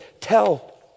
tell